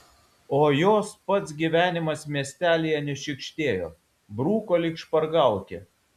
o jos pats gyvenimas miestelyje nešykštėjo bruko lyg špargalkę